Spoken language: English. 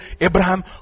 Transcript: Abraham